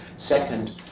Second